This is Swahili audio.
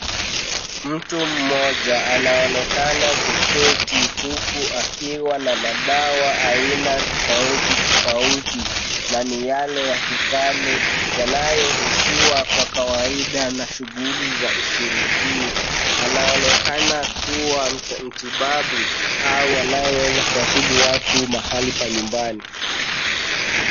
Mtu mmoja anaonekana kuketi huku akiwa na madawa aina tofauti tofauti na ni yale ya kikale yanayohusishwa kwa kawaida na shughuli za ushirikina. Anaonekana kuwa mtibabu au anayeweza kuwatibu watu mahali pa nyumbani.